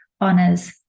honors